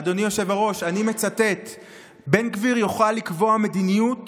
אדוני היושב-ראש: בן גביר יוכל לקבוע מדיניות